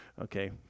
Okay